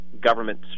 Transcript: government